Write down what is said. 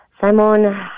Simon